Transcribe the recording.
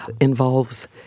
involves